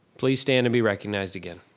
please stand and be recognized again,